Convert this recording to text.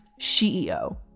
CEO